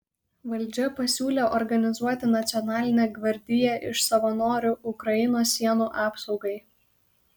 valdžia pasiūlė organizuoti nacionalinę gvardiją iš savanorių ukrainos sienų apsaugai